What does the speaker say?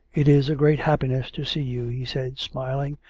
it is a great happiness to see you, he said, smiling,